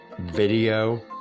video